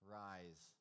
rise